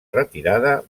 retirada